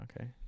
Okay